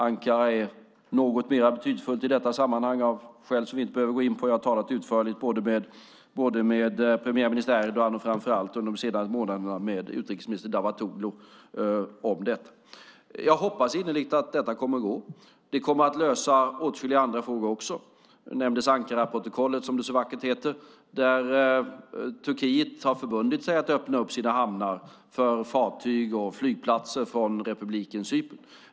Ankara är något mer betydelsefullt i detta sammanhang av skäl som vi inte behöver gå in på. Jag har talat utförligt både med premiärminister Erdogan och framför allt under de senaste månaderna med utrikesminister Davutoglu om detta. Jag hoppas innerligt att detta kommer att gå. Det kommer också att lösa åtskilliga andra frågor. Det nämndes Ankaraprotokollet, som det så vackert heter, där Turkiet har förbundit sig att öppna upp sina hamnar för fartyg och flygplatser för flyg från republiken Cypern.